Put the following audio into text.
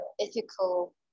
ethical